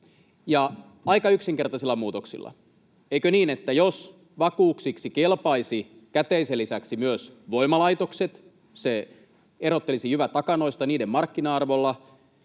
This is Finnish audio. aika yksinkertaisilla muutoksilla: eikö niin, että jos vakuuksiksi kelpaisivat käteisen lisäksi myös voimalaitokset, se erottelisi jyvät akanoista niiden markkina-arvolla,